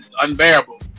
Unbearable